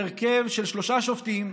בהרכב של שלושה שופטים,